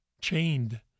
chained